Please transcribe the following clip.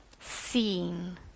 seen